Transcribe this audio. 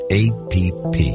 app